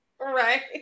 right